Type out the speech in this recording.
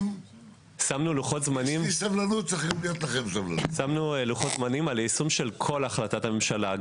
שמנו לוחות זמנים על יישום של כל החלטת הממשלה.